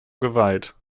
geweiht